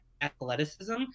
athleticism